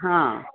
हा